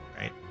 Right